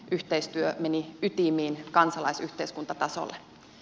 yhteistyö meni ytimiin kansalaisyhteiskuntatasolle